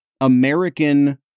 American